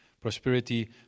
prosperity